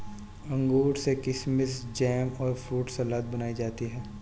अंगूर से किशमिस जैम और फ्रूट सलाद बनाई जाती है